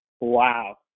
Wow